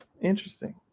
interesting